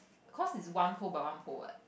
cause is one pole by one pole what